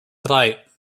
drei